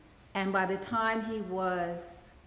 and by the time he was